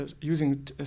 using